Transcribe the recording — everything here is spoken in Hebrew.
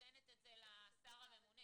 השר הממונה